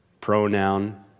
pronoun